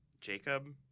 Jacob